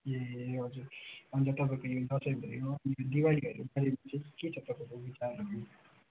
ए हजुर अन्त तपाईँको यो दसैँ भयो दिवालीहरूको बारेमा चाहिँ के छ तपाईँको विचारहरू